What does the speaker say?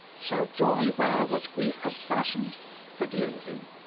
shall joy wear what grief has fashioned said the young king.